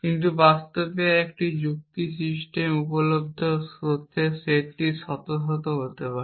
কিন্তু বাস্তবে একটি যুক্তি সিস্টেমে উপলব্ধ তথ্যের সেটটি শত শত হতে পারে